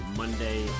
monday